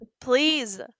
please